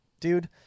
dude